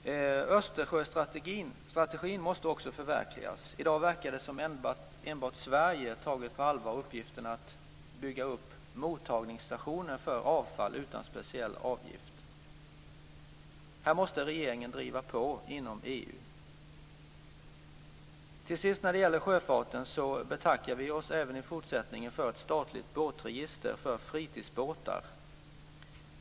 Östersjöstrategin måste förverkligas. I dag verkar det som om enbart Sverige tagit uppgiften på allvar att bygga upp mottagningsstationer för avfall utan speciell avgift. Här måste regeringen driva på inom När det gäller sjöfarten betackar vi oss även i fortsättningen för ett statligt båtregister för fritidsbåtar.